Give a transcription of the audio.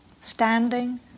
standing